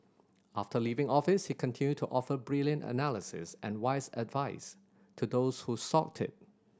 after leaving office he continued to offer brilliant analysis and wise advice to those who sought it